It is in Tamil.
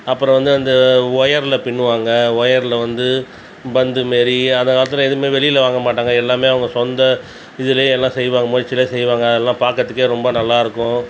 அப்புறம் வந்து அந்த ஒயரில் பின்னுவாங்க ஒயரில் வந்து பந்துமாரி அந்த காலத்தில் எதுவுமே வெளியில வாங்க மாட்டாங்க எல்லாமே அவங்க சொந்த இதுல எல்லாம் செய்வாங்க முயற்சில செய்வாங்க அதெலாம் பார்க்கறத்துக்கே ரொம்ப நல்லா இருக்கும்